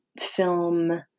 film